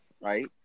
Right